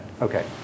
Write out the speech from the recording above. okay